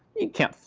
you can't,